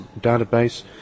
database